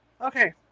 Okay